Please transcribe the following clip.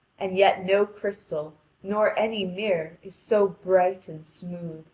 and yet no crystal nor any mirror is so bright and smooth.